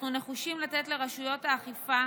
אנחנו נחושים לתת לרשויות האכיפה